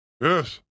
Yes